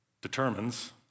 determines